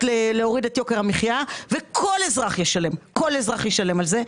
להוריד את יוקר המחיה וכל אזרח ישלם על זה.